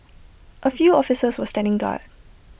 A few officers were standing guard